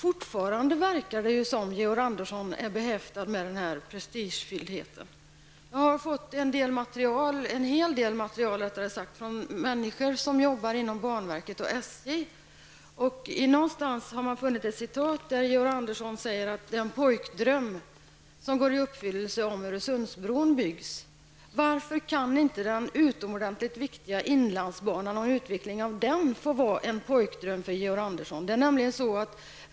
Fortfarande verkar det som om Georg Andersson är behäftad med denna prestigefylldhet. Jag har fått en hel del material från människor som jobbar inom banverket och SJ. Någonstans har man funnit ett citat där Georg Andersson säger att en pojkdröm går i uppfyllelse om Öresundsbron byggs. Varför kan inte den utomordentligt viktiga inlandsbanan och utvecklingen av den få vara en pojkdröm för Georg Andersson?